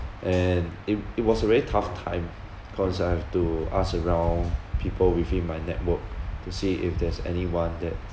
and it it was a very tough time cause I have to ask around people within my network to see if there's anyone that